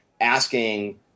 asking